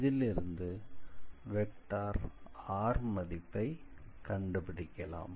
இதிலிருந்து vector r மதிப்பை கண்டுபிடிக்கலாம்